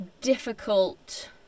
difficult